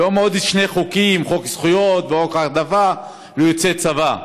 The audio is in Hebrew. ועוד שני חוקים: חוק זכויות וחוק העדפה ליוצאי צבא.